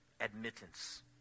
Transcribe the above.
admittance